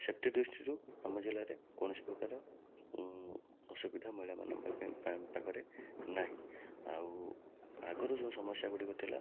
safety ଦୃଷ୍ଟିରୁ ଆମ ଜିଲ୍ଲାରେ କୌଣସିପ୍ରକାର ସୁବିଧା ମହିଳାମାନଙ୍କ ପା ପାଖରେ ନାହିଁ ଆଉ ଆଗରୁ ଯେଉଁ ସମସ୍ୟା ଗୁଡ଼ିକ ଥିଲା